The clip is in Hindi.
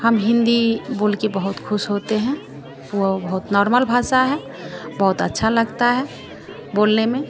हम हिन्दी बोलकर बहुत ख़ुश होते हैं वह बहुत नॉर्मल भाषा है बहुत अच्छा लगता है बोलने में